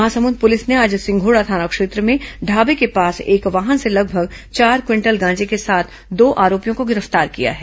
Mahasamund police ने आज सिंघोड़ा थाना क्षेत्र में ढावे के पास एक वाहन से लगभग चार क्विंटल गांजे के साथ दो आरोपियों को गिरफ्तार किया है